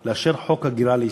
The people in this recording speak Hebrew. החלטה לאשר חוק הגירה לישראל,